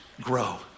grow